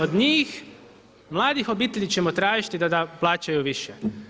Od njih mladih obitelji ćemo tražiti da plaćaju više.